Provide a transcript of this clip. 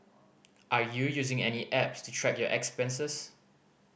are you using any apps to track your expenses